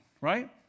right